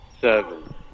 seven